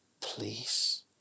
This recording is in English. please